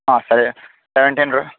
ಹಾಂ ಸರಿ ಸೆವೆಂಟೀನ್ ರೂ